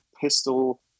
pistol